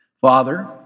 Father